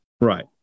Right